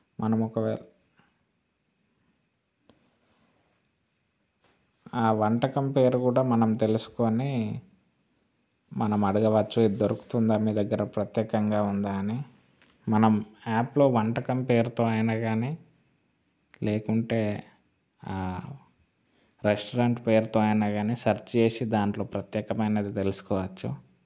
మనం ఒకవేళ ఆ వంటకం పేరు కూడా మనం తెలుసుకొని మనం అడగవచ్చు ఇది దొరుకుతుందా మీ దగ్గర ప్రత్యేకంగా ఉందా అని మనం యాప్లో వంటకం పేరుతో ఆయన కానీ లేకుంటే రెస్టారెంట్ పేరుతో అయినా కానీ సెర్చ్ చేసి దాంట్లో ప్రత్యేకమైనది తెలుసుకోవచ్చు